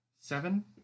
Seven